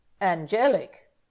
Angelic